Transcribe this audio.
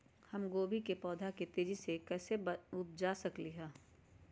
हम गोभी के पौधा तेजी से कैसे उपजा सकली ह?